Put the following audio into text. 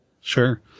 sure